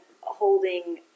holding